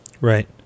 Right